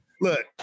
Look